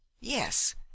yes